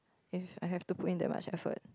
if I have to put in that much effort